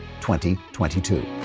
2022